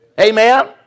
Amen